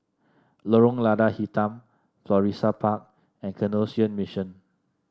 Lorong Lada Hitam Florissa Park and Canossian Mission